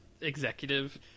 executive